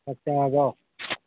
ꯆꯥꯛ ꯆꯥꯔꯕꯣ